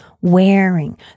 wearing